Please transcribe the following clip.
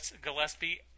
Gillespie